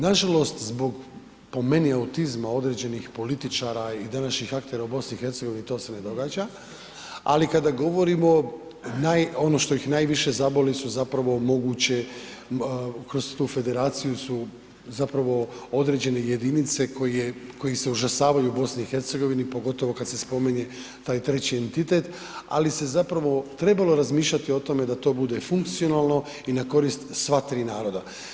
Nažalost zbog po meni autizma određenih političara i današnjih aktera u BiH to se ne događa, ali kada govorimo naj, ono što ih najviše zaboli su zapravo moguće kroz tu federaciju su zapravo određene jedinice koje, kojih se užasavaju u BiH pogotovo kad se spominje taj treći entitet, ali se zapravo trebalo razmišljati o tome da to bude funkcionalno i na korist sva tri naroda.